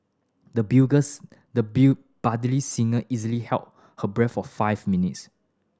the the budding singer easily held her breath for five minutes